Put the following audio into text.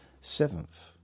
seventh